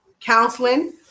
counseling